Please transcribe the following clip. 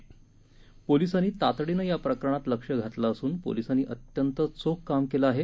पोलिसांनी तातडीनं या प्रकरणात लक्ष घातलं असून पोलिसांनी अत्यंत चोख काम केलं आहे